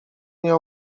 nie